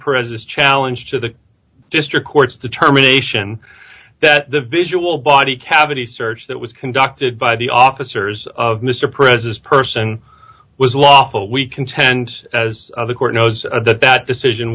president challenge to the district courts the terminations that the visual body cavity search that was conducted by the officers of mr president person was lawful we contend as the court knows of that that decision